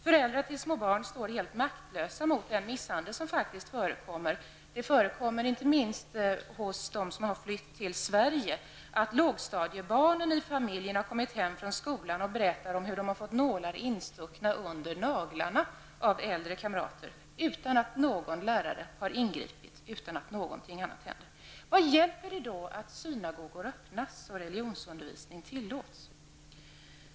Föräldrar till små barn står helt maktlösa mot den misshandel som förekommer. Bland de judar som flytt till Sverige händer det att lågstadiebarn kommit hem från skolan och berättat att de fått nålar instuckna under naglarna av äldre kamrater utan att någon lärare har ingripit. Vad hjälper det då att synagogor har öppnats och att religionsundervisning tillåts?